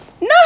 No